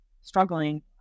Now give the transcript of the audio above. struggling